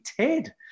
Ted